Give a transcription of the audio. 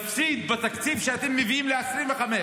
תפסיד בתקציב 2025,